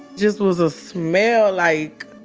just was a smell, like,